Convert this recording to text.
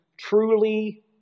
truly